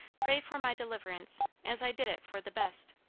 pray for my deliverance, as i did it for the best